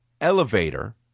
elevator